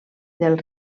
del